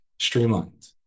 streamlined